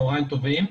צהריים טובים.